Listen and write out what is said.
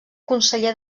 conseller